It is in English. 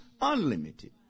unlimited